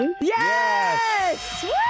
Yes